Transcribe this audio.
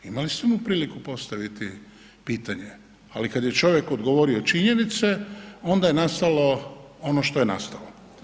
Imali ste mu priliku postaviti mu pitanje, ali kad je čovjek odgovorio činjenice onda je nastalo ono što je nastalo.